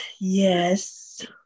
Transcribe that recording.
Yes